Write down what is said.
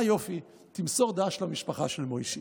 אהה, יופי, תמסור ד"ש למשפחה של מוישי.